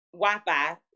Wi-Fi